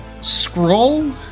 scroll